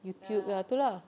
YouTube lah itu lah